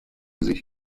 sich